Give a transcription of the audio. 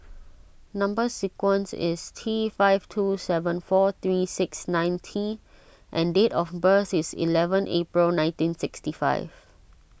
Number Sequence is T five two seven four three six nine T and date of birth is eleven April nineteen sixty five